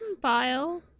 bile